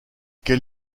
quel